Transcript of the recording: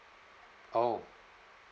oh